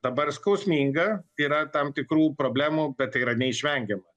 dabar skausminga yra tam tikrų problemų bet tai yra neišvengiama